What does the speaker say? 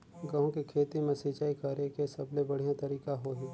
गंहू के खेती मां सिंचाई करेके सबले बढ़िया तरीका होही?